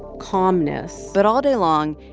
calmness but all day long,